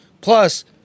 Plus